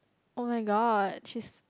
oh-my-god she